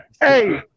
Hey